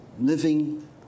living